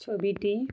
ছবিটি